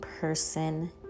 person